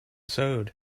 sewed